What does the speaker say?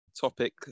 topic